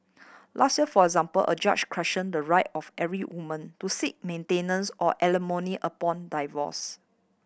last year for example a judge questioned the right of every woman to seek maintenance or alimony upon divorce